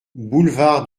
boulevard